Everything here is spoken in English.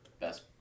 best